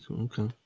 Okay